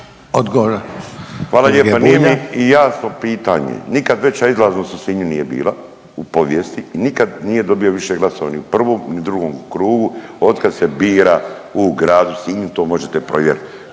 (MOST)** Hvala lijepo. Nije mi jasno pitanje. Nikad veća izlaznost u Sinju nije bila u povijesti i nikad nije dobio više glasova ni u prvom ni u drugom krugu od kad se bira u gradu Sinju, to možete provjeriti.